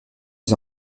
des